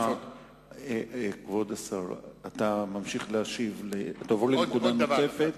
כבוד השר, תעבור לנקודה נוספת?